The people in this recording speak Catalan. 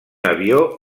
avió